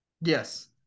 yes